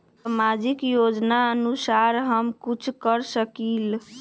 सामाजिक योजनानुसार हम कुछ कर सकील?